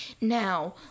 Now